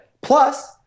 plus